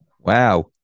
wow